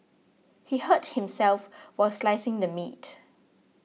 he hurt himself while slicing the meat